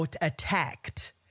attacked